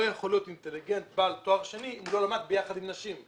יכול להיות אינטליגנט בעל תואר שני אם הוא לא למד יחד עם נשים.